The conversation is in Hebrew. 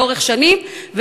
לאורך שנים,